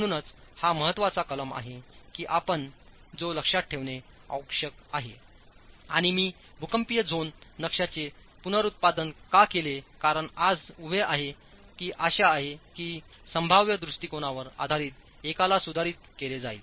म्हणूनच हा महत्त्वाचा कलम आहे कीआपणयोलक्षात ठेवणे आवश्यक आहे आणि मी भूकंपीय झोन नकाशाचे पुनरुत्पादन का केले कारण आज उभे आहे की आशा आहे की संभाव्य दृष्टिकोनावर आधारीत एकाला सुधारित केले जाईल